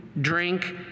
drink